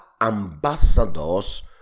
ambassadors